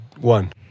One